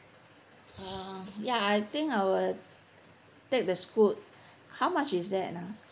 um ya I think I will take the Scoot how much is that ah